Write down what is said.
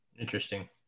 Interesting